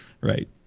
right